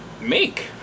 make